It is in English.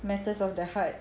matters of the heart